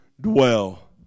dwell